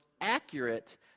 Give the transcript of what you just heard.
accurate